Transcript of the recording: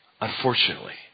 Unfortunately